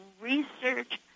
research